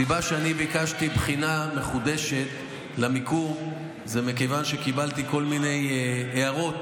הסיבה שביקשתי בחינה מחודשת למיקום היא שקיבלתי כל מיני הערות,